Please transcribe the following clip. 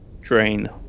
drain